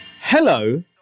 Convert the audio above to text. Hello